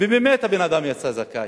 ובאמת, הבן-אדם יצא זכאי.